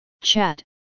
chat